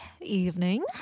Evening